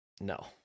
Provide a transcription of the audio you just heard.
No